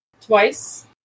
Twice